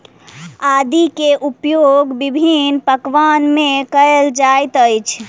आदी के उपयोग विभिन्न पकवान में कएल जाइत अछि